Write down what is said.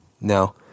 No